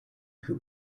who